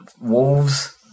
wolves